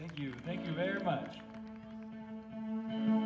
thank you thank you very much